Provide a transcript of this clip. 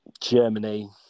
Germany